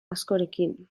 askorekin